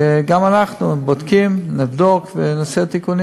וגם אנחנו בודקים, נבדוק ונעשה תיקונים.